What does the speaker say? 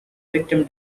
victim